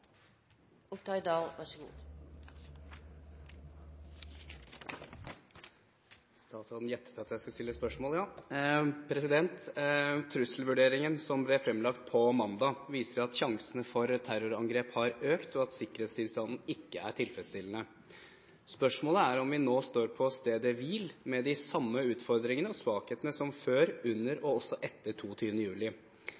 Statsråden gjettet at jeg skulle stille spørsmål, ja. Trusselvurderingen som ble fremlagt på mandag, viser at sjansene for terrorangrep har økt, og at sikkerhetstilstanden ikke er tilfredsstillende. Spørsmålet er om vi nå står på stedet hvil, med de samme utfordringene og svakhetene som før, under